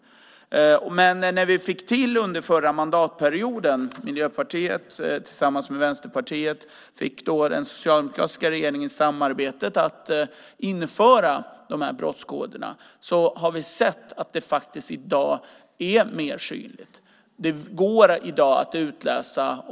Efter det att vi under förra mandatperioden, Miljöpartiet tillsammans med Vänsterpartiet i samarbete, fick den socialdemokratiska regeringen att införa de här brottskoderna har vi sett att det i dag är mer synligt.